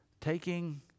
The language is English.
taking